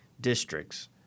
districts